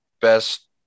best